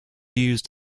used